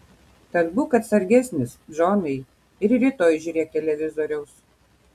tad būk atsargesnis džonai ir rytoj žiūrėk televizoriaus